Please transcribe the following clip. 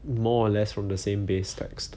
more or less from the same base text